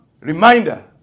reminder